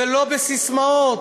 בואו נראה.